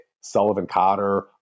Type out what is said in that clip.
Sullivan-Cotter